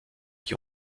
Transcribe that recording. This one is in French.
qui